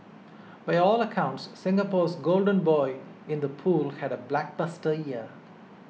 by all accounts Singapore's golden boy in the pool had a blockbuster year